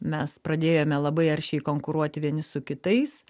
mes pradėjome labai aršiai konkuruoti vieni su kitais